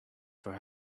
for